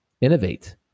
innovate